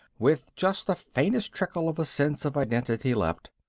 with just the faintest trickle of a sense of identity left,